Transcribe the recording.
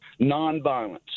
nonviolence